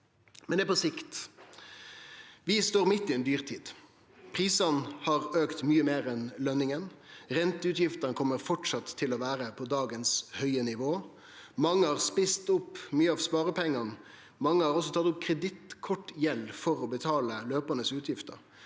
Men det er på sikt. Vi står midt i ei dyrtid. Prisane har auka mykje meir enn løningane. Renteutgiftene kjem framleis til å vere på dagens høge nivå. Mange har fått spist opp mykje av sparepengane. Mange har også tatt opp kredittkortgjeld for å betale løpande utgifter.